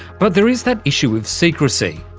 but there is that issue of secrecy.